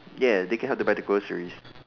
ya they can help to buy the groceries